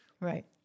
Right